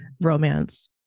romance